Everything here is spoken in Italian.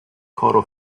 coro